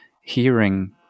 hearing